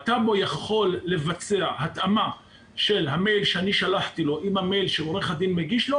הטאבו יכול לבצע התאמה של המייל ששלחתי לו עם המייל שעורך הדין מגיש לו